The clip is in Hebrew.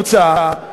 והתוצאה היא שהנה,